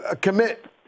commit